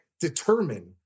determine